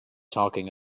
talking